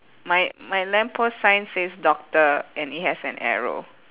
my my lamp post sign says doctor and it has an arrow